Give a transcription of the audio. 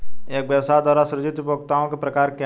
एक व्यवसाय द्वारा सृजित उपयोगिताओं के प्रकार क्या हैं?